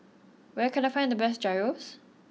where can I find the best Gyros